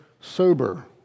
sober